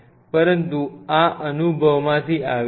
પરંતુ આ અનુભવમાંથી આવે છે